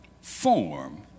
form